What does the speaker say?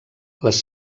les